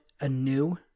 anew